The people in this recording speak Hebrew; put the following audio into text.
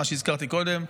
מה שהזכרתי קודם,